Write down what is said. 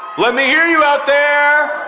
let me hear you out there!